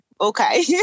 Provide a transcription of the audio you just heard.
okay